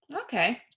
Okay